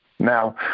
Now